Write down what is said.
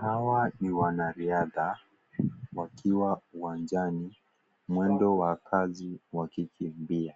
Hawa ni wanariadha wakiwa uwanjani mwendo wa kasi wakikimbia